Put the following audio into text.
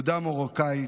מהעדה המרוקאית,